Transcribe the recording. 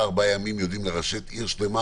איך לחיות אתה עד שיגיע